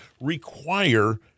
require